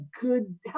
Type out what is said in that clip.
good